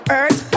earth